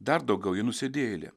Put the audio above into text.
dar daugiau ji nusidėjėlė